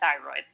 thyroid